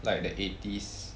like the eighties